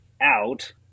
out